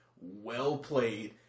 well-played